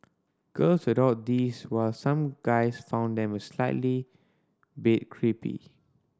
girls adored these while some guys found them a slightly bit creepy